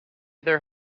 their